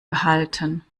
behalten